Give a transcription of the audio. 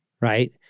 right